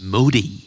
Moody